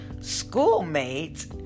schoolmate